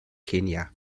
kenia